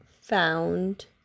found